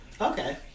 Okay